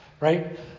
right